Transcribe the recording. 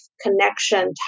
connection